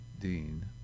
dean